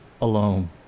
alone